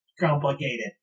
complicated